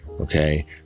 okay